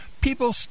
People